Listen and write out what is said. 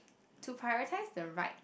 to prioritise the right